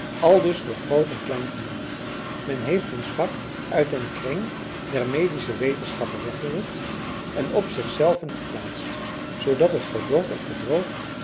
aldus door groot en klein genoemd men heeft ons vak uit den kring der medische wetenschappen weggerukt en op zichzelven geplaatst zoodat het verdort en verdroogt